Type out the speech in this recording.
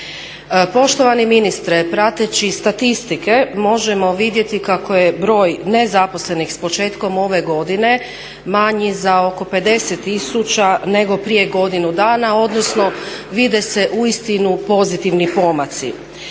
Poštovani ministre, prateći statistike možemo vidjeti kako je broj nezaposlenih s početkom ove godine manji za oko 50 tisuća nego prije godinu dana odnosno vide se uistinu pozitivni pomaci.